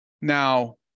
Now